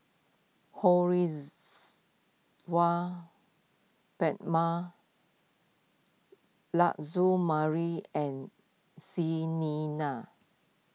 Ho Rihs Hwa Prema and Xi Ni